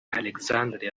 alexandre